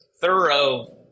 thorough